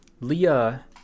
leah